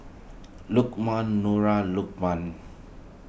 Lokman Nura Lukman